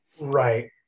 right